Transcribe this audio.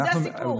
זה הסיפור.